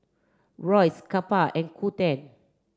Royce Kappa and Qoo ten